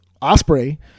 Osprey